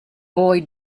boy